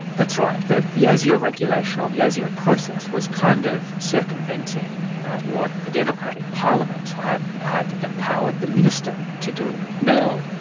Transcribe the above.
that's right, the the asio regulation or the asio process was kind of circumventing what the democratic parliament had had empowered the minister to do. now,